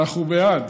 אנחנו בעד.